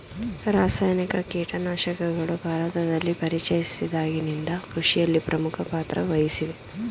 ರಾಸಾಯನಿಕ ಕೀಟನಾಶಕಗಳು ಭಾರತದಲ್ಲಿ ಪರಿಚಯಿಸಿದಾಗಿನಿಂದ ಕೃಷಿಯಲ್ಲಿ ಪ್ರಮುಖ ಪಾತ್ರ ವಹಿಸಿವೆ